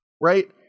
right